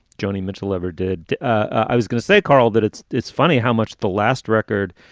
joni mitchell ever did. i was going to say, karl, that it's it's funny how much the last record.